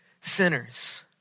sinners